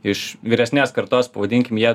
iš vyresnės kartos pavadinkim jie